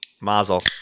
Mazel